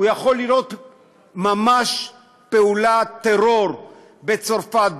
יכול לראות פעולת טרור בצרפת,